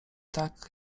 tak